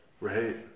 Right